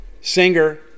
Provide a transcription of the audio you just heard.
singer